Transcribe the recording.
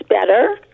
better